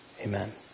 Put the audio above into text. amen